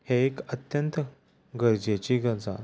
हें एक अत्यंत गरजेची गजाल